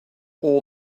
all